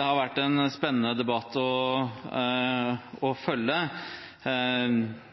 har vært en spennende debatt å følge.